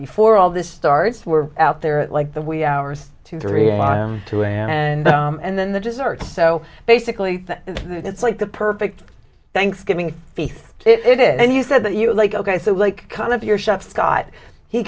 before all this starts we're out there like the wee hours two three and two and and then the dessert so basically it's like the perfect thanksgiving feast it is and you said that you like ok so like kind of your shop scott he